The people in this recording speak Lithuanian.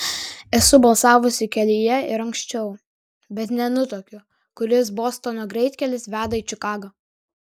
esu balsavusi kelyje ir anksčiau bet nenutuokiu kuris bostono greitkelis veda į čikagą